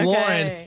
Lauren